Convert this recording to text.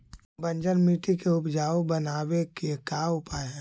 बंजर मट्टी के उपजाऊ बनाबे के का उपाय है?